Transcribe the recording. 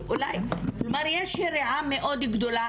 יש יריעה מאוד גדולה,